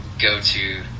go-to